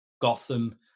Gotham